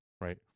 right